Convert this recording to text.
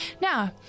Now